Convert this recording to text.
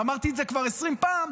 אמרתי את זה כבר 20 פעם,